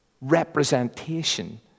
representation